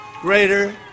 greater